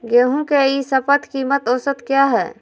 गेंहू के ई शपथ कीमत औसत क्या है?